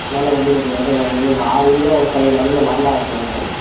நல்லா கட்டிக் கொடுத்துருக்கேன் சார் அந்த இது சைடு நடுவில் வரண்டா வச்ச மாதிரி சார்